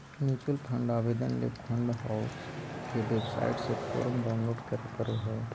mutual fund आवेदन ले fund house के वेबसाइट से फोरम डाऊनलोड करें परो हय